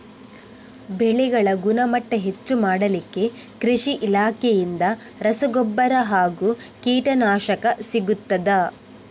ಬೆಳೆಗಳ ಗುಣಮಟ್ಟ ಹೆಚ್ಚು ಮಾಡಲಿಕ್ಕೆ ಕೃಷಿ ಇಲಾಖೆಯಿಂದ ರಸಗೊಬ್ಬರ ಹಾಗೂ ಕೀಟನಾಶಕ ಸಿಗುತ್ತದಾ?